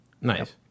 Nice